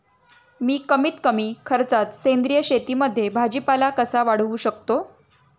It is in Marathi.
मी कमीत कमी खर्चात सेंद्रिय शेतीमध्ये भाजीपाला कसा वाढवू शकतो?